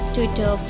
Twitter